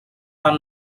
are